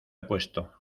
puesto